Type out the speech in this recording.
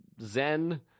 zen